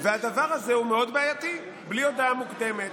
הדבר הזה הוא מאוד בעייתי, בלי הודעה מוקדמת,